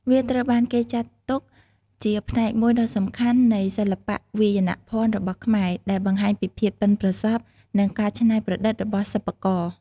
វាត្រូវបានគេចាត់ទុកជាផ្នែកមួយដ៏សំខាន់នៃសិល្បៈវាយនភ័ណ្ឌរបស់ខ្មែរ ដែលបង្ហាញពីភាពប៉ិនប្រសប់ និងការច្នៃប្រឌិតរបស់សិប្បករ។